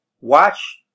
watch